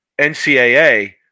NCAA